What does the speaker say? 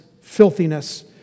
filthiness